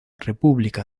república